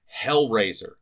Hellraiser